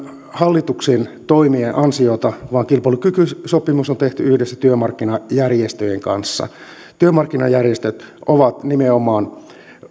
hallituksen toimien ansiota vaan kilpailukykysopimus on tehty yhdessä työmarkkinajärjestöjen kanssa nimenomaan työmarkkinajärjestöt ovat